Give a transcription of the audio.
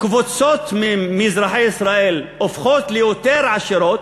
שקבוצות מאזרחי ישראל הופכות ליותר עשירות